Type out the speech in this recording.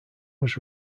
was